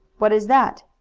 what is that?